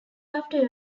after